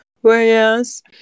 whereas